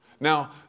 Now